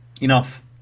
Enough